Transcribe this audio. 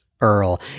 Earl